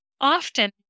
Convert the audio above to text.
often